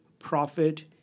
profit